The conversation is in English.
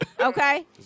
Okay